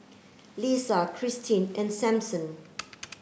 Leesa Cristine and Sampson